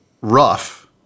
rough